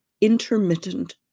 intermittent